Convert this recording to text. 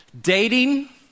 Dating